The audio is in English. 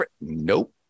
Nope